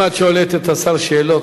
אם את שואלת את השר שאלות,